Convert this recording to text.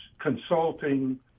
consulting